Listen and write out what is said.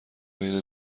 بین